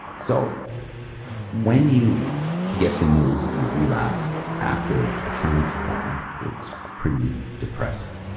so when you get the news that you've relapsed after a transplant, it's pretty depressing,